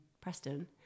Preston